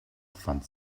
fand